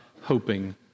hoping